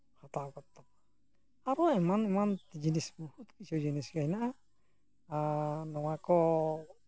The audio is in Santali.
ᱦᱟᱛᱟᱣ ᱜᱚᱫ ᱟᱨᱚ ᱮᱢᱟᱱ ᱮᱢᱟᱱ ᱡᱤᱱᱤᱥ ᱵᱚᱦᱩᱛ ᱠᱤᱪᱷᱩ ᱡᱤᱱᱤᱥ ᱜᱮ ᱦᱮᱱᱟᱜᱼᱟ ᱟᱨ ᱱᱚᱣᱟ ᱠᱚ